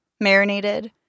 marinated